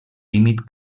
límit